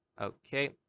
Okay